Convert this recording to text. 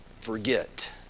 forget